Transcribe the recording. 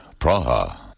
Praha